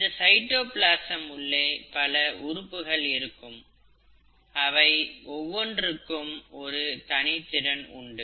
இந்த சைட்டோபிளாசம் உள்ளே பல உறுப்புகள் இருக்கும் அவை ஒவ்வொன்றுக்கும் ஒரு தனித்திறன் உண்டு